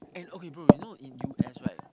and okay bro you know in U_S right